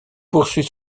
poursuit